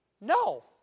No